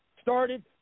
started